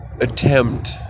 attempt